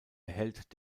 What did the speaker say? erhält